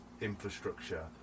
infrastructure